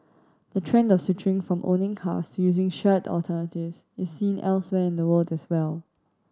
the trend of switching from owning cars to using shared alternatives is seen elsewhere in the world as well